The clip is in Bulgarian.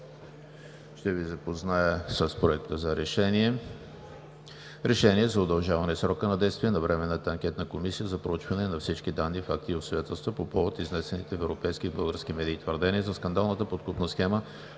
Ще Ви запозная с Проекта на решение. „Проект! РЕШЕНИЕ за удължаване срока на действие на Временната анкетна комисия за проучване на всички данни, факти и обстоятелства по повод изнесените в европейски и български медии твърдения за скандалната подкупна схема